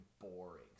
boring